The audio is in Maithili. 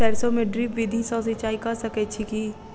सैरसो मे ड्रिप विधि सँ सिंचाई कऽ सकैत छी की?